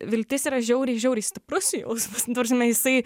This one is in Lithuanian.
viltis yra žiauriai žiauriai stiprus jausmas ta prasme jisai